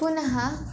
पुनः